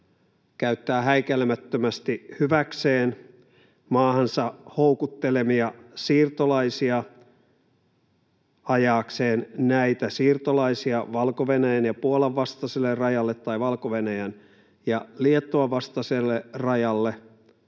käyttää häikäilemättömästi hyväkseen maahansa houkuttelemiaan siirtolaisia ajaakseen näitä siirtolaisia Valko-Venäjän ja Puolan vastaiselle rajalle tai Valko-Venäjän ja Liettuan vastaiselle rajalle